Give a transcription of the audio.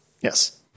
Yes